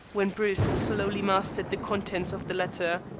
when bruce had slowly mastered the contents of the letter.